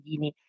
Dini